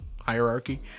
hierarchy